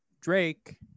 Drake